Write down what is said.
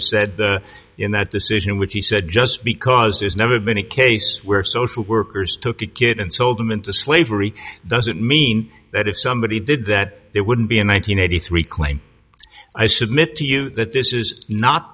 said in that decision which he said just because there's never been a case where social workers took a kid and sold them into slavery doesn't mean that if somebody did that there wouldn't be in one nine hundred eighty three claim i submit to you that this is not